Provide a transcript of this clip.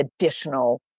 additional